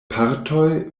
partoj